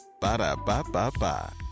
Ba-da-ba-ba-ba